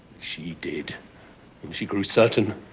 she did, and she grew certain.